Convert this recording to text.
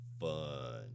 fun